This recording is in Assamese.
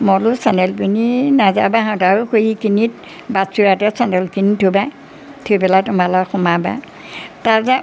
মই বোলো চেন্দেল পিন্ধি নাযাবাহঁত আৰু সৈখিনিত বাটচৰাতে চেন্দেলখিনি থবা থৈ পেলাই তোমালোক সোমাবা তাতে